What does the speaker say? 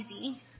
easy